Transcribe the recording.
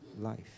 Life